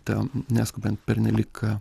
ta neskubant pernelyg